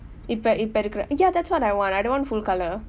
இப்ப இப்ப இருக்கிற:ippa ippa irukkira ya that's what I want I don't want full colour